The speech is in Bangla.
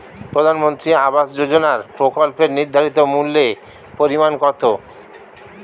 প্রধানমন্ত্রী আবাস যোজনার প্রকল্পের নির্ধারিত মূল্যে পরিমাণ কত?